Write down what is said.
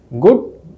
good